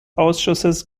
ausschusses